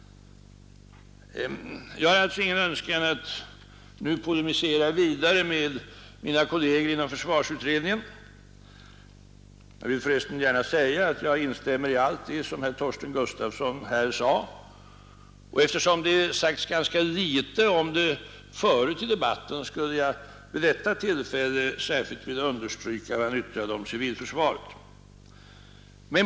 Jag hyser ingen önskan att nu polemisera vidare mot mina kolleger inom försvarsutredningen. Jag vill för resten gärna säga att jag instämmer i allt vad herr Torsten Gustafsson här sade, och eftersom det har nämnts ganska litet om det förut i debatten, skulle jag vid detta tillfälle särskilt vilja understryka vad han yttrade om civilförsvaret.